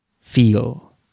feel